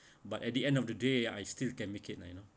but at the end of the day I still can make it lah you know